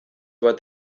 bat